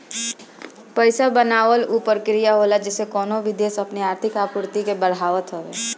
पईसा बनावल उ प्रक्रिया होला जेसे कवनो भी देस अपनी आर्थिक आपूर्ति के बढ़ावत हवे